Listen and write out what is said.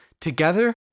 Together